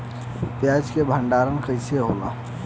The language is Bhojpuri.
प्याज के भंडारन कइसे होला?